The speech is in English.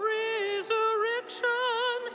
resurrection